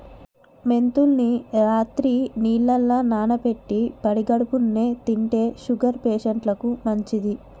మెంతుల్ని రాత్రి నీళ్లల్ల నానబెట్టి పడిగడుపున్నె తింటే షుగర్ పేషంట్లకు మంచిది